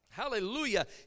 Hallelujah